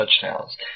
touchdowns